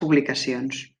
publicacions